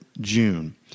June